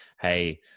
hey